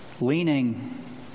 Leaning